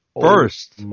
First